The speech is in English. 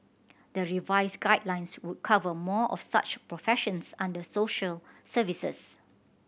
the revised guidelines would cover more of such professions under social services